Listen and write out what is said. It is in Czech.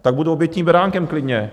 Tak budu obětním beránkem klidně.